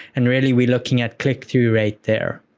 and really we're looking at click-through rate there.